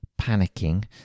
panicking